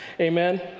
amen